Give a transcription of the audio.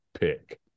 pick